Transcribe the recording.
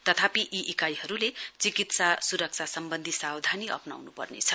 तथापि यी इकाइहरूले चिकित्सा सुरक्षा सम्बन्धी सावधानी अप्राउनुपर्नेछ